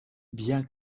bien